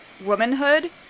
Womanhood